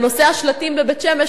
בנושא השלטים בבית-שמש,